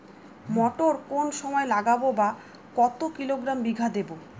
মটর কোন সময় লাগাবো বা কতো কিলোগ্রাম বিঘা দেবো?